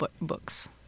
books